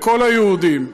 לכל היהודים,